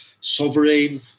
sovereign